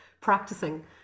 practicing